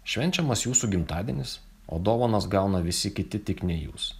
švenčiamas jūsų gimtadienis o dovanas gauna visi kiti tik ne jūs